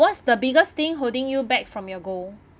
what's the biggest thing holding you back from your goal